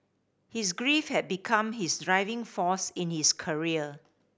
his grief had become his driving force in his career